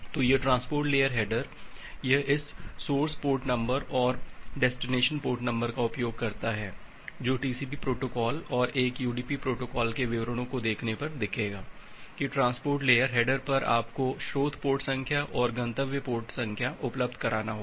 तो यह transport layer header यह इस सोर्स पोर्ट नंबर और डेस्टिनेशन पोर्ट नंबर का उपयोग करता है जो टीसीपी प्रोटोकॉल और एक यूडीपी प्रोटोकॉल के विवरणों को देखने पर दिखेगा कि ट्रांसपोर्ट लेयर हेडर पर आपको स्रोत पोर्ट संख्या और गंतव्य पोर्ट संख्या उपलब्ध कराना होगा